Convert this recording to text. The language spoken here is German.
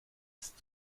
ist